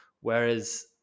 whereas